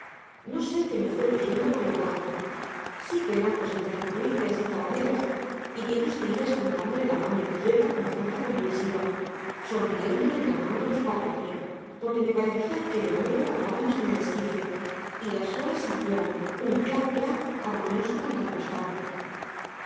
no sé qué me fue diciendo por lo bajo sí que eran cositas muy dulces y zalameras y que yo seguía estrujándole la mano izquierda con fuerza convulsiva sonriendo y entornando los párpados porque me parecía que de nuevo bogábamos en el esquife y las olas hacían un clap clap armonioso contra el costado